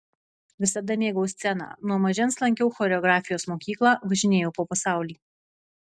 visada mėgau sceną nuo mažens lankiau choreografijos mokyklą važinėjau po pasaulį